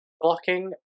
blocking